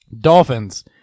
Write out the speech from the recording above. Dolphins